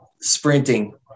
sprinting